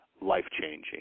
life-changing